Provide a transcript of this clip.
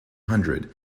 hundred